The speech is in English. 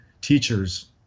teachers